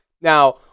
Now